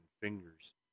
fingers